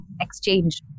exchange